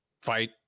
fight